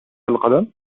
القدم